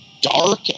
dark